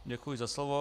Děkuji za slovo.